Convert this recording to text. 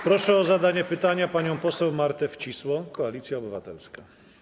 Proszę o zadanie pytania panią poseł Martę Wcisło, Koalicja Obywatelska.